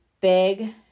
big